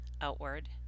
outward